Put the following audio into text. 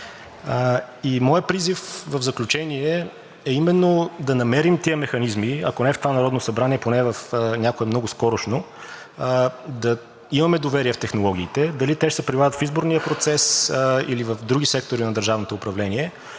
И моят призив, в заключение, е, именно да намерим тези механизми, ако не в това Народно събрание, поне в някое много скорошно, да имаме доверие в технологиите. Дали те ще се прилагат в изборния процес, или в други сектори на държавното управление,